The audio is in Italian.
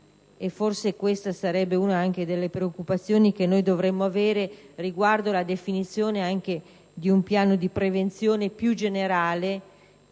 forse questa sarebbe una delle preoccupazioni che dovremmo avere riguardo alla definizione di un piano di prevenzione più generale,